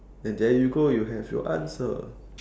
and there you go you have your answer